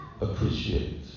appreciate